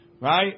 Right